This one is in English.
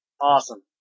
Awesome